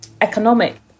economic